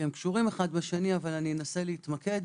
הם קשורים אחד בשני אבל אנסה להתמקד.